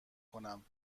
کنم